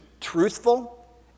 truthful